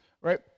right